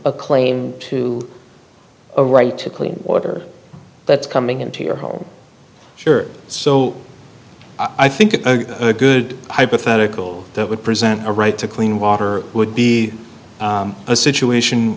a claim to a right to clean water that's coming into your whole shirt so i think a good hypothetical that would present a right to clean water would be a situation